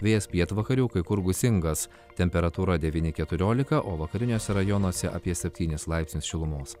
vėjas pietvakarių kai kur gūsingas temperatūra devyni keturiolika o vakariniuose rajonuose apie septynis laipsnius šilumos